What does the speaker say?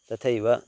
तथैव